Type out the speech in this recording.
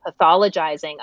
pathologizing